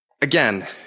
Again